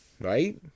right